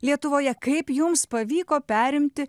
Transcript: lietuvoje kaip jums pavyko perimti